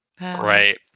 right